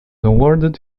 awarded